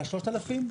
ל-3,000?